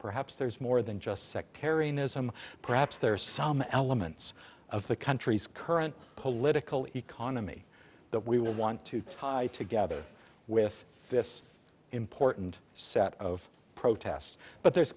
perhaps there's more than just sectarianism perhaps there are some elements of the country's current political economy that we want to tie together with this important set of protests but there's